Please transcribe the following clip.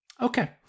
Okay